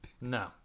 No